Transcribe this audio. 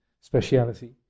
speciality